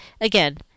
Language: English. again